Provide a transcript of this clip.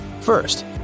first